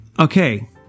okay